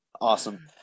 Awesome